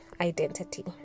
identity